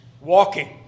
walking